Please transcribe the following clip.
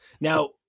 now